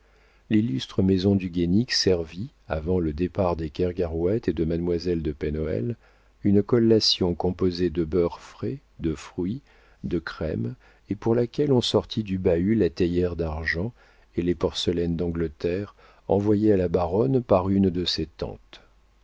l'illustre maison du guénic servit avant le départ des kergarouët et de mademoiselle de pen hoël une collation composée de beurre frais de fruits de crème et pour laquelle on sortit du bahut la théière d'argent et les porcelaines d'angleterre envoyées à la baronne par une de ses tantes